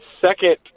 second